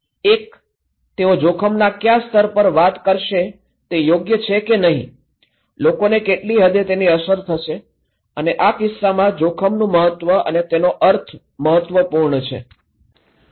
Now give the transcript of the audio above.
એક તેઓ જોખમના ક્યા સ્તર પર વાત કરશે તે યોગ્ય છે કે નહિ લોકોને કેટલી હદે તેની અસર થશે અને આ કિસ્સામાં જોખમનું મહત્વ અને તેનો અર્થ મહત્વપૂર્ણ છે